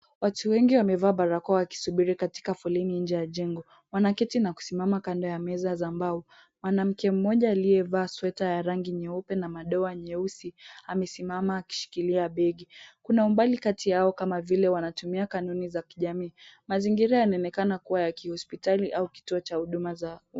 Watu wengi wamevaa barakoa wakisubiri katika foleni nje ya jengo. Wanaketi na kusimama kando ya meza za mbao. Mwanamke mmoja aliyevaa sweater ya rangi nyeupe na madoa nyeusi amesimama akishikilia begi. Kuna umbali kati yao kama vile wanatumia kanuni za kijamii. Mazingira yanaonekana kuwa ya kihospitali au kituo cha huduma za umma.